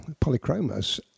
Polychromos